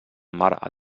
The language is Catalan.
mar